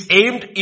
aimed